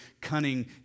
cunning